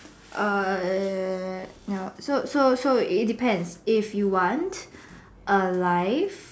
err no so so so it depend if you want alive